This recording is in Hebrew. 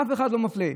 אף אחד לא מפלה,